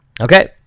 Okay